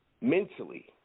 mentally